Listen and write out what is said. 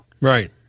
Right